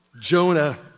Jonah